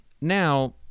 now